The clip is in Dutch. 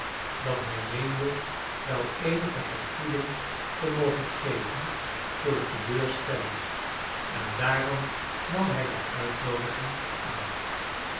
dat hij meende wel eenige vergoeding te mogen geven voor de teleurstelling en daarom nam hij de uitnoodiging aan